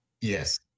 yes